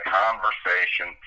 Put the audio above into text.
conversation